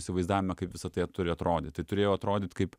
įsivaizdavimą kaip visa tai turi atrodyt turėjo atrodyt kaip